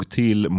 till